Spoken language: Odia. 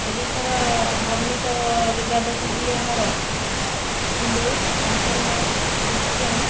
ଓଡ଼ିଶାର ଧାର୍ମିକ ବିବାଦ କହିଲେ ଆମର ହିନ୍ଦୁ ମୁସଲମାନ୍ ଖ୍ରୀଷ୍ଟିୟାନ୍